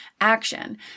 action